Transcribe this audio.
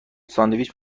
ساندویچ